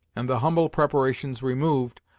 and the humble preparations removed,